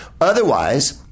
Otherwise